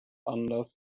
anlass